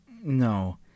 no